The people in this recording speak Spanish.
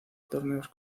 torneos